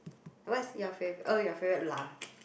what's your favourite oh your favourite lah